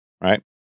right